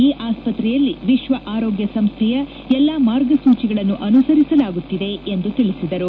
ಈ ಆಸ್ಪತ್ರೆಯಲ್ಲಿ ವಿಶ್ವ ಆರೋಗ್ಯ ಸಂಸ್ಣೆಯ ಎಲ್ಲಾ ಮಾರ್ಗಸೂಚಿಗಳನ್ನು ಅನುಸರಿಸಲಾಗುತ್ತಿದೆ ಎಂದು ತಿಳಿಸಿದರು